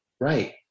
right